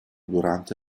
durante